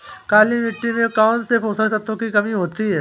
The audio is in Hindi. काली मिट्टी में कौनसे पोषक तत्वों की कमी होती है?